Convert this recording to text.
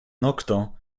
nokto